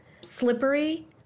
slippery